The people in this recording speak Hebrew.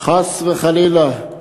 חס וחלילה,